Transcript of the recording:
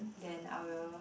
then I will